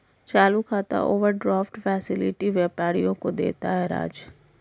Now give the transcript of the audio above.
चालू खाता overdraft facility व्यापारियों को देता है राज